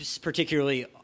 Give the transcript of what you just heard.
particularly